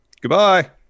Goodbye